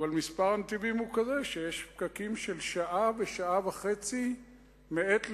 אבל מספר הנתיבים הוא כזה שיש פקקים של שעה ושעה וחצי מעת לעת,